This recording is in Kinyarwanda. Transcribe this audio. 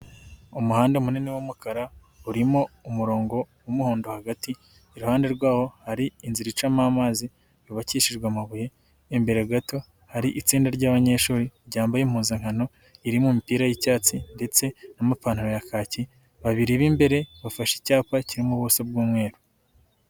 Umuhanda munini w'umukara urimo umurongo w'umuhondo hagati, iruhande rwawo hari inzira icamo amazi yubakishijwe amabuye, imbere gato hari itsinda ry'abanyeshuri ryambaye impuzankano irimo mu mipira y'icyatsi ndetse n'amapantaro ya kaki, babiri b'imbere bafashe icyapa kirimo ubuso bw'umweru.